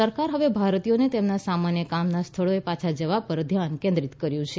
સરકારે હવે ભારતીયોને તેમના સામાન્ય કામના સ્થળોએ પાછા જવા પર ધ્યાન કેન્દ્રિત કર્યું છે